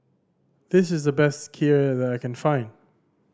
this is the best Kheer that I can find